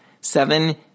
Seven